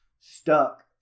stuck